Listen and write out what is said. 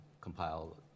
compile